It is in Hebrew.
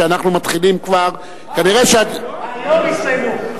שאנחנו מתחילים כבר, היום הסתיימו.